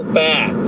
back